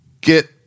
get